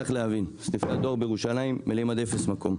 צריך להבין שבתי הדואר בירושלים מלאים עד אפס מקום.